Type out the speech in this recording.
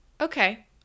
Okay